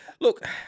Look